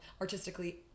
artistically